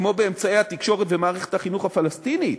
כמו באמצעי התקשורת ובמערכת החינוך הפלסטינית,